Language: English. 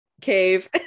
cave